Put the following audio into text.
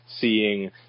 seeing